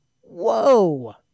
Whoa